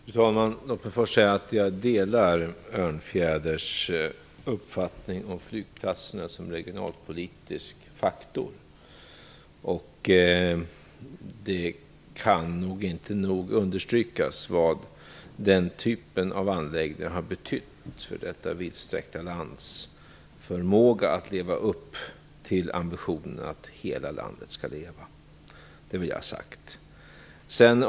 Fru talman! Låt mig först säga att jag delar Krister Örnfjäders uppfattning om flygplatserna som regionalpolitisk faktor. Det kan inte nog understrykas vad den typen av anläggningar har betytt för detta vidsträckta lands förmåga att leva upp till ambitionen att hela landet skall leva. Det vill jag ha sagt.